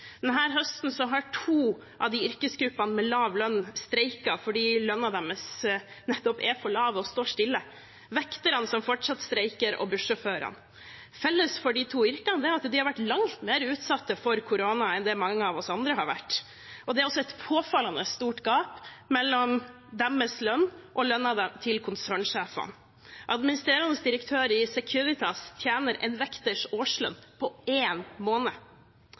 høsten har to av yrkesgruppene med lav lønn streiket fordi lønnen deres nettopp er for lav og står stille – vekterne, som fortsatt streiker, og bussjåførene. Felles for de to yrkene er at de har vært langt mer utsatt for korona enn det mange av oss andre har vært. Det er også et påfallende stort gap mellom deres lønn og lønnen til konsernsjefene. Administrerende direktør i Securitas tjener en vekters årslønn på én måned.